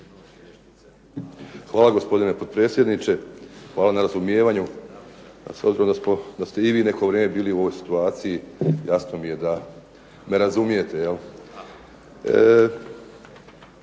Hvala, gospodine potpredsjedniče. Hvala na razumijevanju, a s obzirom da ste i vi neko vrijeme bili u ovoj situaciji jasno mi je da me razumijete.